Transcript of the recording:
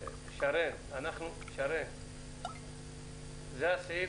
שרן, זה הנוסח.